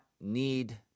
need